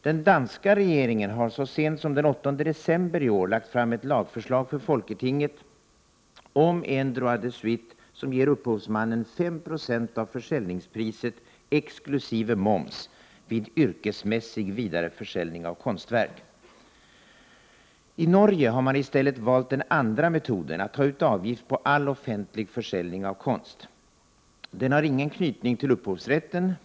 Den danska regeringen har så sent som den 8 december i år lagt fram ett lagförslag för folketinget om en droit de suite som ger upphovsmannen 5 96 av försäljningspriset exkl. moms vid yrkesmässig vidareförsäljning av konstverk. I Norge har man i stället valt den andra metoden, dvs. att ta ut avgift på all offentlig försäljning av konst. Den har ingen knytning till upphovsrätten.